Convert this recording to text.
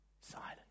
silent